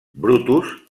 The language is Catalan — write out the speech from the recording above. brutus